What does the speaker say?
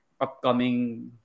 Upcoming